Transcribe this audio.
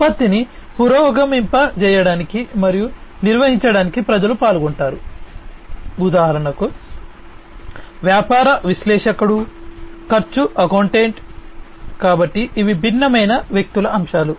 ఉత్పత్తిని పురోగమింపజేయడానికి మరియు నిర్వహించడానికి ప్రజలు పాల్గొంటారు ఉదాహరణకు వ్యాపార విశ్లేషకుడు ఖర్చు అకౌంటెంట్ కాబట్టి ఇవి భిన్నమైన వ్యక్తుల అంశాలు